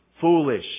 foolish